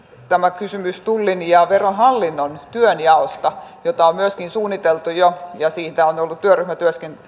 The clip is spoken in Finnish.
tämä kysymys tullin ja verohallinnon työnjaosta jota on jo myöskin suunniteltu ja siitä on ollut työryhmän